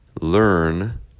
learn